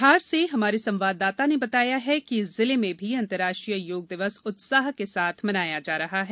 धार से हमारे संवाददाता ने बताया है कि जिले में भी अंतरराष्ट्रीय योग दिवस उत्साह के साथ मनाया जा रहा है